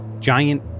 giant